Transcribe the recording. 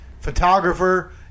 photographer